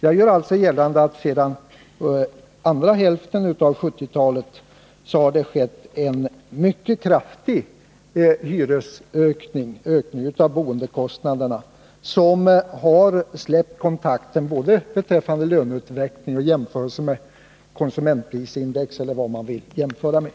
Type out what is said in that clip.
Jag gör alltså gällande att sedan andra hälften av 1970-talet har det skett en mycket kraftig ökning av boendekostnaderna, som har släppt kontakten med både löneutvecklingen och jämförelsen med konsumentprisindex, eller vad man vill jämföra med.